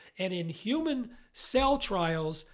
and in human cell trials,